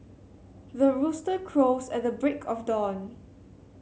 the rooster crows at the break of dawn